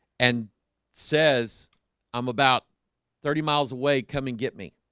and says i'm about thirty miles away come and get me